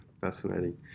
fascinating